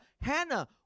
Hannah